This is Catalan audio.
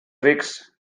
rics